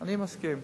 אני מסכים.